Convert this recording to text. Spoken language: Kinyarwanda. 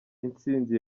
intsinzi